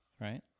Right